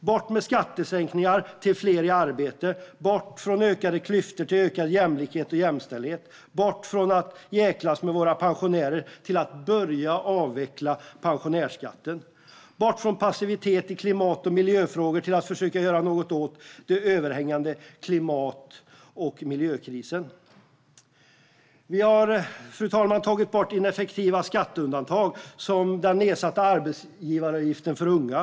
Bort från skattesänkningar till fler i arbete. Bort från ökade klyftor till ökad jämlikhet och jämställdhet. Bort från att jäklas med våra pensionärer till att börja avveckla pensionärsskatten. Bort från passivitet i klimat och miljöfrågor till att försöka göra något åt den överhängande klimat och miljökrisen. Fru talman! Vi har tagit bort ineffektiva skatteundantag som den nedsatta arbetsgivaravgiften för unga.